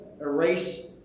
erase